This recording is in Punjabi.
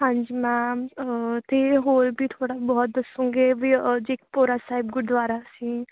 ਹਾਂਜੀ ਮੈਮ ਅਤੇ ਹੋਰ ਵੀ ਥੋੜ੍ਹਾ ਬਹੁਤ ਦੱਸੋਗੇ ਵੀ ਜੀ ਇੱਕ ਭੋਰਾ ਸਾਹਿਬ ਗੁਰਦੁਆਰਾ ਸੀ